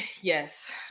yes